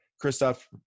Christoph